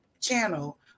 channel